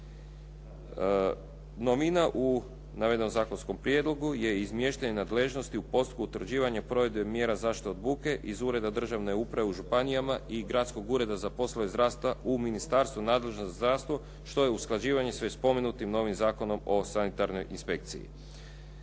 Novina u navedenom zakonskom prijedlogu je … nadležnosti u postupku utvrđivanja provedbe mjera zaštite od buke i ureda državne uprave u županijama i Gradskog ureda za poslove zdravstva u ministarstvu nadležno za zdravstvo što je usklađivanje s već spomenutim novim Zakonom o sanitarnoj inspekciji.